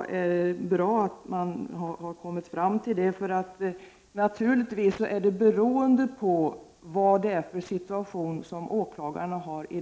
att det är bra att man har kommit fram till detta. Naturligtvis är nyrekryteringen av åklagare beroende av situationen för dagens åklagare.